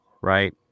right